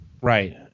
Right